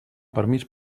permís